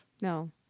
No